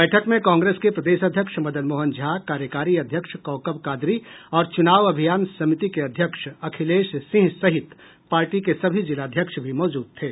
बैठक में कांग्रेस के प्रदेश अध्यक्ष मदन मोहन झा कार्यकारी अध्यक्ष कौकब कादरी और चूनाव अभियान समिति के अध्यक्ष अखिलेश सिंह सहित पार्टी के सभी जिलाध्यक्ष भी मौजूद थे